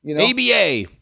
ABA